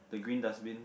the green dustbin